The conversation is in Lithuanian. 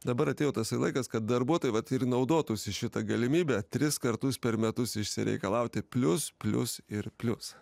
dabar atėjo tasai laikas kad darbuotojai vat ir naudotųsi šita galimybe tris kartus per metus išsireikalauti plius plius ir plius